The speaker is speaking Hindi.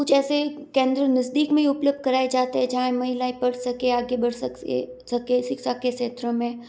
कुछ ऐसी केंद्र नजदीक में ही उपलब्ध करे जाते जहाँ महिलायें पढ सकें आगे बढ़ सकते सके शिक्षा के क्षेत्र में